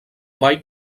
vall